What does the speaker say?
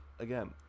again